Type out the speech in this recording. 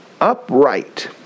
Upright